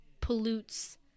pollutes